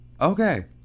Okay